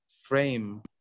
frame